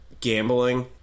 gambling